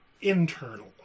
Internal